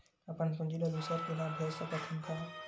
अपन पूंजी ला दुसर के मा भेज सकत हन का?